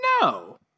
No